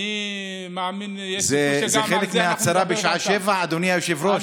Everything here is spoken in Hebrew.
זה חלק מההצהרה בשעה 19:00, אדוני היושב-ראש?